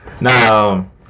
now